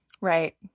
Right